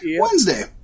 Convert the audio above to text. Wednesday